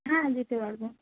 হ্যাঁ দিতে পারবো